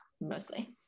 mostly